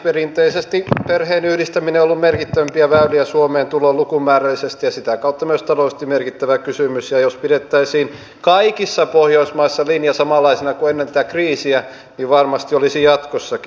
perinteisesti perheenyhdistäminen on ollut merkittävimpiä väyliä suomeen tuloon lukumäärällisesti ja sitä kautta myös taloudellisesti merkittävä kysymys ja jos pidettäisiin kaikissa pohjoismaissa linja samanlaisena kuin ennen tätä kriisiä niin varmasti olisi jatkossakin